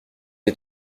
est